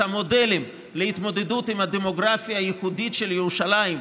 את המודלים להתמודדות עם הדמוגרפיה הייחודית של ירושלים,